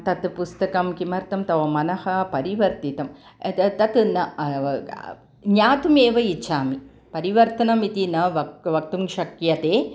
तत् पुस्तकं किमर्थं तव मनः परिवर्तितं तत् न ज्ञातुमेव इच्छामि परिवर्तनमिति न वक् वक्तुं शक्यते